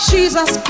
Jesus